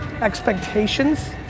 Expectations